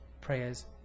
prayers